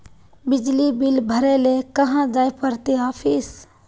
बिजली बिल भरे ले कहाँ जाय पड़ते ऑफिस?